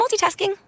multitasking